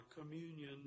communion